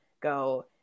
go